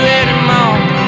anymore